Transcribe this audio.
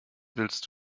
willst